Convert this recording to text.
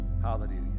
Hallelujah